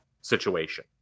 situation